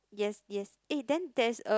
yes yes eh then there is a